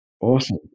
Awesome